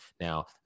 Now